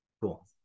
Cool